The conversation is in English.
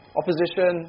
opposition